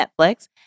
Netflix